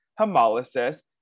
hemolysis